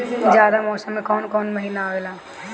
जायद मौसम में कौन कउन कउन महीना आवेला?